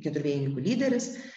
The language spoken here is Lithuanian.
keturvėjininkų lyderis